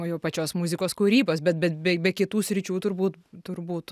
jau pačios muzikos kūrybos bet be be be kitų sričių turbūt turbūt